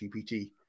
GPT